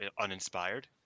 uninspired